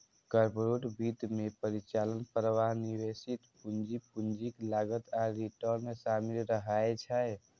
corporate वित्त मे परिचालन प्रवाह, निवेशित पूंजी, पूंजीक लागत आ रिटर्न शामिल रहै छै